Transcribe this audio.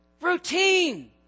routine